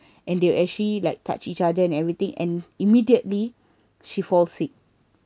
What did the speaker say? and they will actually like touch each other and everything and immediately she fall sick